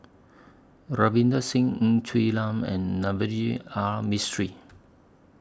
Ravinder Singh Ng Quee Lam and Navroji R Mistri